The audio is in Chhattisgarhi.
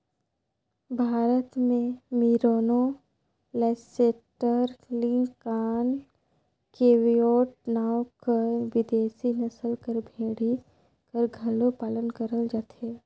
भारत में मेरिनो, लाइसेस्टर, लिंकान, केवियोट नांव कर बिदेसी नसल कर भेड़ी कर घलो पालन करल जाथे